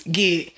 get